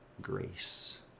grace